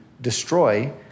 destroy